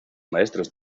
maestros